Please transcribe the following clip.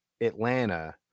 atlanta